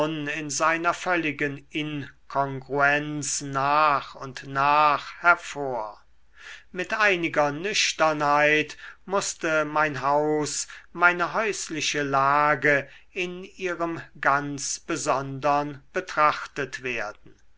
in seiner völligen inkongruenz nach und nach hervor mit einiger nüchternheit mußte mein haus meine häusliche lage in ihrem ganz besondern betrachtet werden